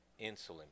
insulin